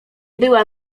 była